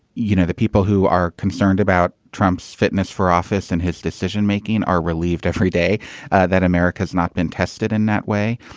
you know, the people who are concerned about trump's fitness for office and his decision making are relieved every day that america has not been tested in that way.